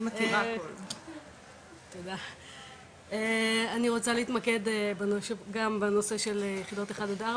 אני רוצה להזכיר מספר דברים.